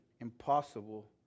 Impossible